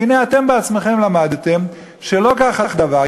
והנה, אתם בעצמכם למדתם שלא כך הדבר.